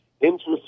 Interest